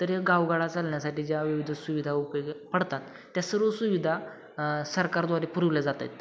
तर गावगाडा चालण्यासाठी ज्या विविध सुविधा उपयोगी पडतात त्या सर्व सुविधा सरकारद्वारे पुरवल्या जात आहेत